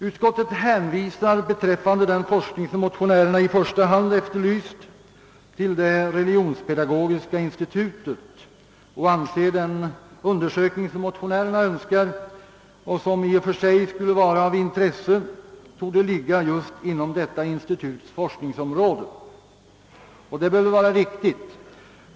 Utskottet hänvisar beträffande den forskning som motionärerna i första hand efterlyser till det religionspedagogiska institutet och anser att den undersökning, som motionärerna önskar och som i och för sig skulle vara av intresse, torde ligga inom just detta instituts forskningsområde. Det bör väl också vara riktigt.